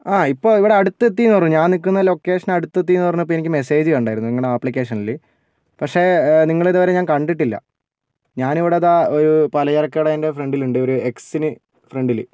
ആ ഇപ്പോൾ ഇവിടെ അടുത്തെത്തിയെന്ന് പറഞ്ഞു ഞാൻ നിൽക്കുന്ന ലൊക്കേഷന് അടുത്ത് എത്തീന്ന് പറഞ്ഞപ്പോൾ എനിക്ക് മെസ്സേജ് കണ്ടിരുന്നു നിങ്ങളുടെ ആപ്ലിക്കേഷനിൽ പക്ഷേ നിങ്ങളെ ഇതുവരെ ഞാൻ കണ്ടിട്ടില്ല ഞാനിവിടെ ദാ ഒരു പലചരക്ക് കടേൻ്റെ ഫ്രണ്ടിൽ ഉണ്ട് ഒരു എക്സിനു ഫ്രെണ്ടിൽ